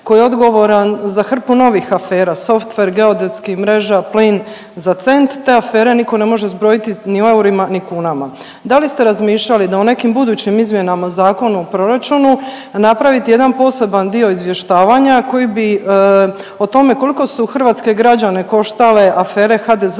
koji je odgovoran za hrpu novih afera softver, geodetskih mreža, plin za cent. Te afere nitko ne može zbrojiti ni u eurima, ni kunama. Da li ste razmišljali da u nekim budućim izmjenama Zakona o proračunu napravite jedan poseban dio izvještavanja koji bi, o tome koliko su hrvatske građane koštale afere